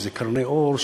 קרני אור,